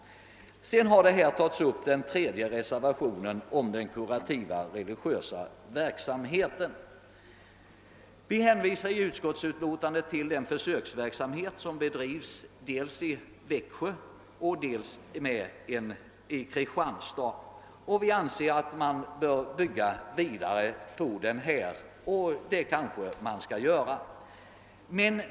Även den tredje reservationen om religiösa gruppers kurativa verksamhet har här berörts. I utskottsutlåtandet hänvisar vi till den försöksverksamhet som bedrivs dels i Växjö, dels i Kristianstad. Vi anser att man bör bygga vidare på detta.